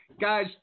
guys